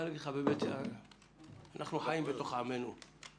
אנחנו חיים בתוך עמנו.